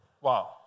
Wow